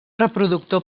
reproductor